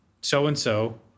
so-and-so